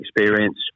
experience